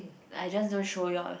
I just don't show you all